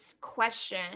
question